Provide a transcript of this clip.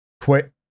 quit